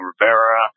Rivera